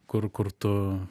kur kur tu